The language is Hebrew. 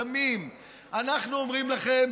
ימים אנחנו אומרים לכם: